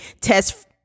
test